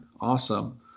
awesome